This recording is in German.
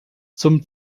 zum